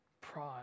Pride